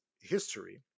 history